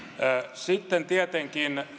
sitten tietenkin